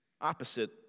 Opposite